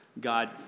God